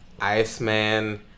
Iceman